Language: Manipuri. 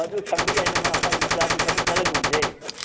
ꯑꯗꯨ ꯁꯪꯕ ꯌꯥꯏꯅ ꯃꯥ ꯃꯥꯏ ꯃꯆꯥꯗꯨ ꯊꯕꯛ ꯆꯠꯍꯟꯒꯨꯝꯁꯦ